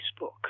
Facebook